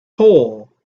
hole